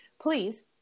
please